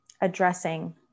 addressing